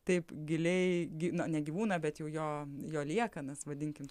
taip giliai gi na ne gyvūną bet jau jo jo liekanas vadinkim